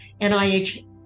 nih